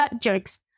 Jokes